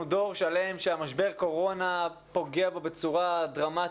דור שלם שמשבר הקורונה פוגע בו בצורה דרמטית,